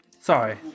Sorry